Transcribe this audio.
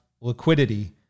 liquidity